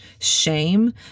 shame